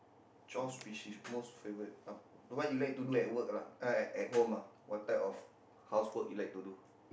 Josh Fisher's most favourite uh what you like to do at work lah uh at at home ah what type of housework you like to do